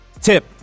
Tip